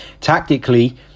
Tactically